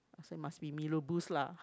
so it must be mee rebus lah